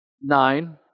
nine